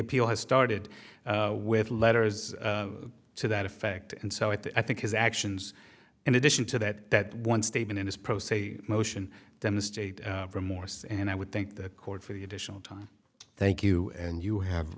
appeal has started with letters to that effect and so i think his actions in addition to that one statement in this process a motion demonstrate for morse and i would think the court for the additional time thank you and you have